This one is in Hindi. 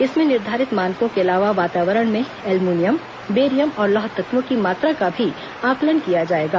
इसमें निर्धारित मानकों के अलावा वातावरण में एल्युमिनियम बेरियम और लौह तत्वों की मात्रा का भी आंकलन किया जाएगा